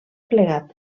plegat